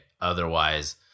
otherwise